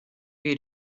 you